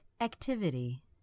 Activity